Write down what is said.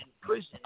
prison